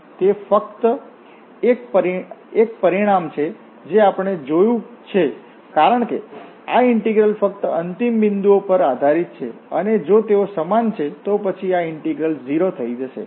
તે ફક્ત એક પરિણામ છે જે આપણે જોયું છે કારણ કે આ ઇન્ટીગ્રલ ફક્ત અંતિમ બિંદુઓ પર આધારીત છે અને જો તેઓ સમાન છે તો પછી આ ઇન્ટીગ્રલ 0 થઈ જશે